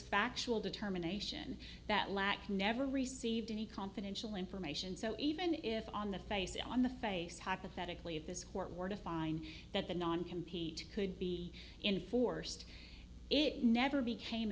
factual determination that lacking never received any confidential information so even if on the face it on the face hypothetically of this court were to find that the non compete could be inforced it never became